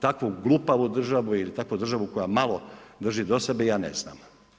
Takvu glupavu državu ili takvu državu koja malo drži do sebe ja ne znam.